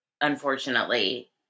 Unfortunately